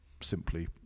simply